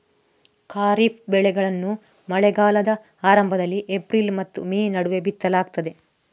ಖಾರಿಫ್ ಬೆಳೆಗಳನ್ನು ಮಳೆಗಾಲದ ಆರಂಭದಲ್ಲಿ ಏಪ್ರಿಲ್ ಮತ್ತು ಮೇ ನಡುವೆ ಬಿತ್ತಲಾಗ್ತದೆ